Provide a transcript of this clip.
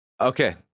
Okay